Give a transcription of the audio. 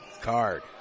Card